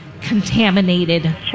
contaminated